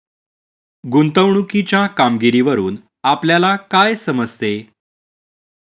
गुंतवणुकीच्या कामगिरीवरून आपल्याला काय समजते?